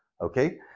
okay